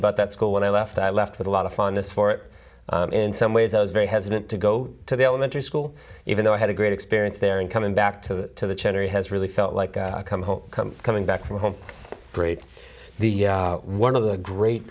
about that school when i left i left with a lot of fun this for it in some ways i was very hesitant to go to the elementary school even though i had a great experience there and coming back to the cherry has really felt like i come home coming back from home great the one of the great